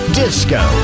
disco